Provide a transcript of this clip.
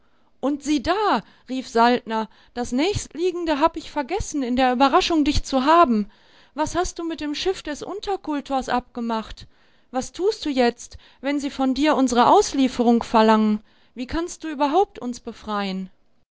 und sieh rief saltner das nächstliegende hab ich vergessen in der überraschung dich zu haben was hast du mit dem schiff des unterkultors abgemacht was tust du jetzt wenn sie von dir unsere auslieferung verlangen wie kannst du überhaupt uns befreien